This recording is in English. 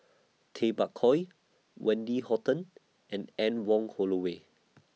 Tay Bak Koi Wendy Hutton and Anne Wong Holloway